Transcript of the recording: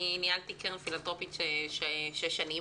אני ניהלתי קרן פילנתרופית במשך שש שנים.